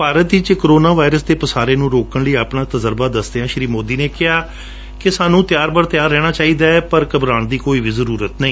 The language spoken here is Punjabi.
ਭਾਰਤ ਵਿਚ ਕੋਰੋਨਾ ਵਾਇਰਸ ਦੇ ਪਸਾਰੇ ਨੂੰ ਰੋਕਣ ਲਈ ਆਪਣਾ ਤਜ਼ਰਬਾ ਦਸਦਿਆਂ ਸ੍ਰੀ ਮੋਦੀ ਨੇ ਕਿਹਾ ਕਿ ਸਾਨੁੰ ਤਿਆਰ ਬਰ ਤਿਆਰ ਰਹਿਣਾ ਐ ਪਰ ਘਬਰਾਉਣ ਦੀ ਲੋੜ ਨਹੀਂ